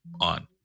on